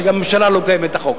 שגם הממשלה לא מקיימת את החוק.